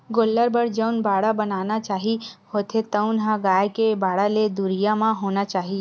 गोल्लर बर जउन बाड़ा बनाना चाही होथे तउन ह गाय के बाड़ा ले दुरिहा म होना चाही